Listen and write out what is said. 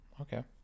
okay